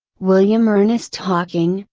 william ernest hocking,